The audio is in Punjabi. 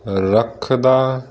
ਰੱਖਦਾ